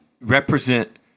represent